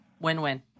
win-win